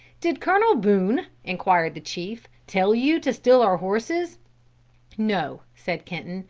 did colonel boone inquired the chief, tell you to steal our horses no, said kenton,